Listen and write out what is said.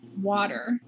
water